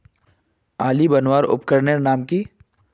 आली बनवार उपकरनेर नाम की?